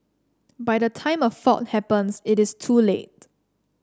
by the time a fault happens it is too late